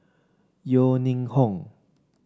Yeo Ning Hong